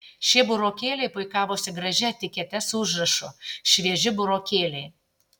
šie burokėliai puikavosi gražia etikete su užrašu švieži burokėliai